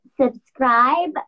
Subscribe